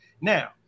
Now